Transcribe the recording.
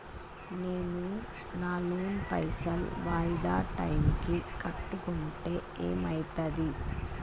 నేను నా లోన్ పైసల్ వాయిదా టైం కి కట్టకుంటే ఏమైతది?